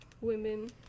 Women